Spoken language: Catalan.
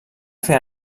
fer